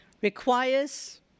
requires